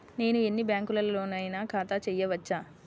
నేను ఎన్ని బ్యాంకులలోనైనా ఖాతా చేయవచ్చా?